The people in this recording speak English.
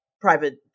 private